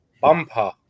bumper